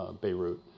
Beirut